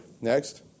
Next